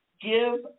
give